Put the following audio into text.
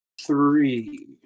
Three